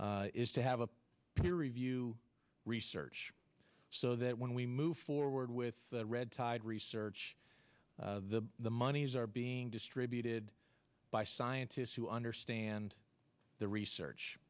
is to have a peer review research so that when we move forward with the red tide research the the monies are being distributed by scientists who understand the research